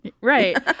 right